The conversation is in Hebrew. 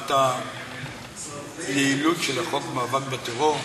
לשאלת יעילות החוק במאבק בטרור,